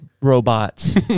robots